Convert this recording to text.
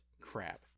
Crap